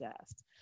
asked